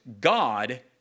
God